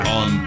on